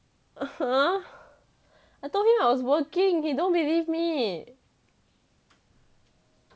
(uh huh) I told him I was working he don't believe me